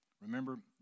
Remember